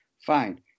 Fine